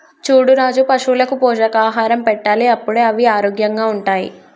చూడు రాజు పశువులకు పోషకాహారం పెట్టాలి అప్పుడే అవి ఆరోగ్యంగా ఉంటాయి